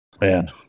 man